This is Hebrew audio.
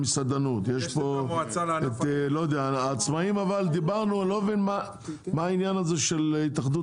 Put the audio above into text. את המסעדנים, ואני לא מבין מה העניין של התאחדות